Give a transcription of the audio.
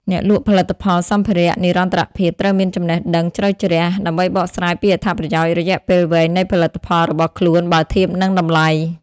អ្នកលក់ផលិតផលសម្ភារៈនិរន្តរភាពត្រូវមានចំណេះដឹងជ្រៅជ្រះ ដើម្បីបកស្រាយពីអត្ថប្រយោជន៍រយៈពេលវែងនៃផលិតផលរបស់ខ្លួនបើធៀបនឹងតម្លៃ។